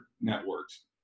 networks